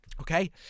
okay